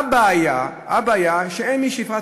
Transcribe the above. הבעיה היא שאין מי שיפעל,